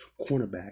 cornerback